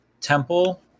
temple